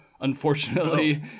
unfortunately